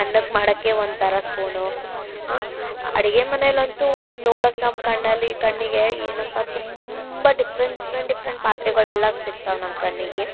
ಅನ್ನಕ್ಕೆ ಮಾಡಕ್ಕೆ ಒಂದು ಥರ ಸ್ಪೂನು ಹಾಂ ಅಡುಗೆ ಮನೆಲಂತೂ ನೋಡಕ್ಕೆ ನಮ್ಮ ಕಣ್ಣಲ್ಲಿ ಕಣ್ಣಿಗೆ ಏನಪ್ಪ ತುಂಬ ಡಿಫ್ರೆಂಟ್ ಡಿಫ್ರೆಂಟ್ ಡಿಫ್ರೆಂಟ್ ಪಾತ್ರೆಗಳೆಲ್ಲ ಸಿಗ್ತವೆ ನಮ್ಮ ಕಣ್ಣಿಗೆ